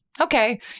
Okay